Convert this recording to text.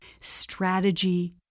strategy